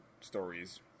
stories